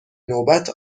نوبت